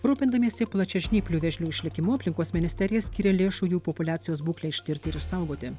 rūpindamiesi plačiažnyplių vėžių išlikimu aplinkos ministerija skiria lėšų jų populiacijos būklei ištirti ir išsaugoti